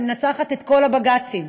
אני מנצחת בכל הבג"צים,